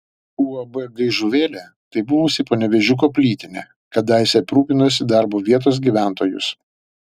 uab gaižuvėlė tai buvusi panevėžiuko plytinė kadaise aprūpinusi darbu vietos gyventojus